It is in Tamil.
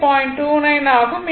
29 ஆகும்